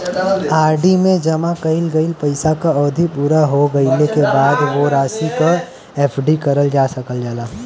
RD में जमा कइल गइल पइसा क अवधि पूरा हो गइले क बाद वो राशि क एफ.डी करल जा सकल जाला